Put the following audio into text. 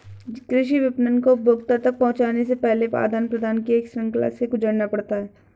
कृषि विपणन को उपभोक्ता तक पहुँचने से पहले आदान प्रदान की एक श्रृंखला से गुजरना पड़ता है